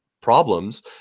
problems